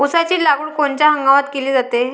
ऊसाची लागवड कोनच्या हंगामात केली जाते?